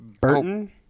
Burton